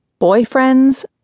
boyfriends